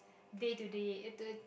day to day uh the